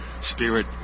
spirit